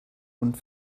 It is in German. und